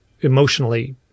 emotionally